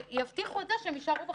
שיבטיחו את זה שהם יישארו בחיים.